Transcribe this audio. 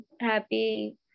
happy